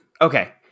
okay